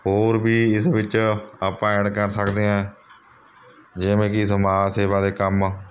ਹੋਰ ਵੀ ਇਸ ਵਿੱਚ ਆਪਾਂ ਐਡ ਕਰ ਸਕਦੇ ਹਾਂ ਜਿਵੇਂ ਕਿ ਸਮਾਜ ਸੇਵਾ ਦੇ ਕੰਮ